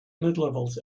midlevels